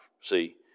See